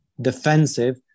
defensive